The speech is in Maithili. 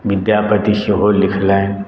विद्यापति सेहो लिखलनि